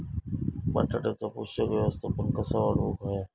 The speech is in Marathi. बटाट्याचा पोषक व्यवस्थापन कसा वाढवुक होया?